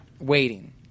waiting